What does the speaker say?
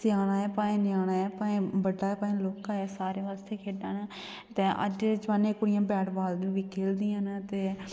भाएं स्याना ऐ भाएं ञ्यानां ऐ भाएं बड्डा ऐ भाएं लौह्का ऐ सारें बास्तै खेढां न ते अज्जै दै जमान्ने कुड़ियां बैट बॉल बी खेलदियां न ते